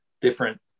different